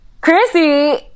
Chrissy